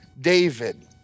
David